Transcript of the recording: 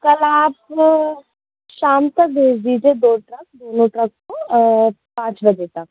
कल आप शाम तक भेज दीजिए दो ट्रक दोनों ट्रक को पाँच बजे तक